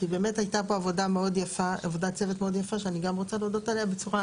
הייתה פה עבודת צוות מאוד יפה וגם אני רוצה להודות עליה,